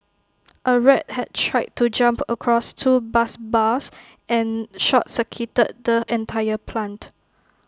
A rat had tried to jump across two bus bars and short circuited the entire plant